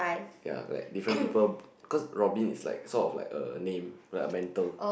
ya like different people cause Robin is like sort of like a name like a mental